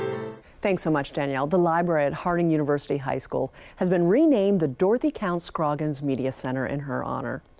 thanks so much, danielle. the library at harding university high school has been renamed the dorothy cpunts-scrogging media center in her honor.